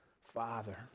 Father